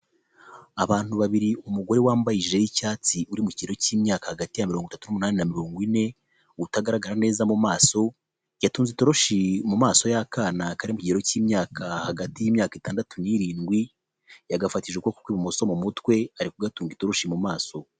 Abantu babiri ,umugore wambaye ijire y'icyatsi uri mu kiro cy'imyaka hagati ya mirongo itatu n'umunani na mirongo ine utagaragara neza mu maso yatunze itoroshi mu maso y'akana kari mu gihegero cy'imyaka hagati y'imyaka itandatu n'irindwi yagafatishije uku kw'ibumoso mu mutwe ari gatunga itorushi mu maso.